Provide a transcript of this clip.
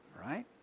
right